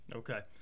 okay